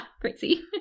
Crazy